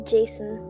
Jason